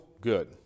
good